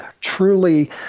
truly